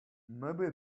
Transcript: maybe